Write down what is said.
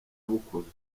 bukozwe